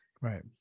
right